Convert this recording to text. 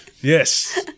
Yes